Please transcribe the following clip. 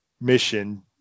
mission